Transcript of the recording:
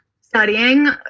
studying